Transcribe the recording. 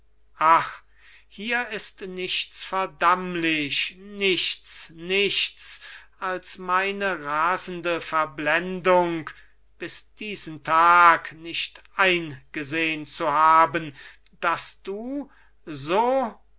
ach hier ist nichts verdammlich nichts nichts als meine rasende verblendung bis diesen tag nicht eingesehn zu haben daß du so